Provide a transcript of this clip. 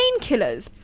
painkillers